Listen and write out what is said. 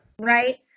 Right